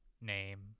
name